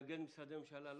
לא נגד משרדי הממשלה?